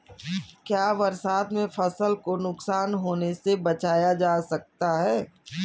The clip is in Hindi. क्या बरसात में फसल को नुकसान होने से बचाया जा सकता है?